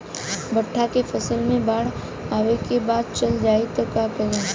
भुट्टा के फसल मे बाढ़ आवा के बाद चल जाई त का करी?